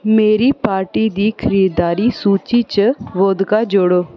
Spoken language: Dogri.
मेरी पार्टी दी खरीदारी सूची च वोदगा जोड़ो